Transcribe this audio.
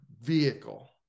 vehicle